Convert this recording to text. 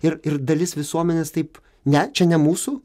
ir ir dalis visuomenės taip ne čia ne mūsų